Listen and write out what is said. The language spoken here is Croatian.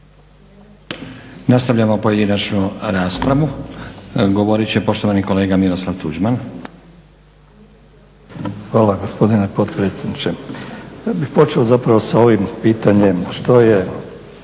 Nastavljamo pojedinačnu raspravu. Govorit će poštovani kolega Miroslav Tuđman. **Tuđman, Miroslav (HDZ)** Hvala gospodine potpredsjedniče. Ja bih počeo zapravo sa ovim pitanjem što je